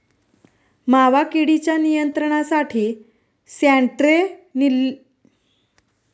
मावा किडीच्या नियंत्रणासाठी स्यान्ट्रेनिलीप्रोलची किती फवारणी करावी लागेल?